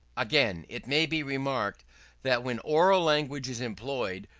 again, it may be remarked that when oral language is employed,